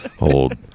Old